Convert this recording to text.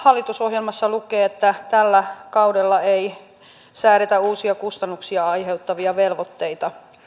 hallitusohjelmassa lukee että tällä kaudella ei säädetä uusia kustannuksia aiheuttavia velvoitteita